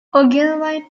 ogilvy